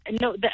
No